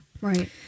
Right